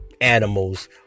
animals